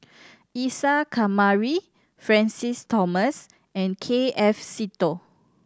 Isa Kamari Francis Thomas and K F Seetoh